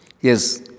Yes